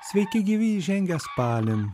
sveiki gyvi įžengę spalin